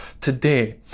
today